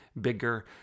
bigger